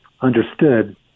understood